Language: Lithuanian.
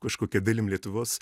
kažkokia dalim lietuvos